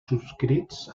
subscrits